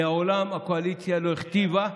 מעולם הקואליציה לא הכתיבה,